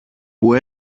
που